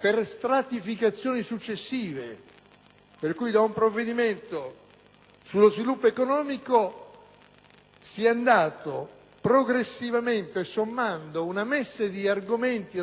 per stratificazioni successive. Infatti, ad un provvedimento sullo sviluppo economico, si è andata progressivamente sommando una messe di argomenti,